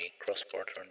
cross-border